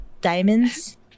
diamonds